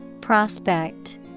Prospect